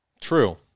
True